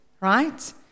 Right